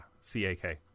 C-A-K